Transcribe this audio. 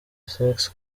sex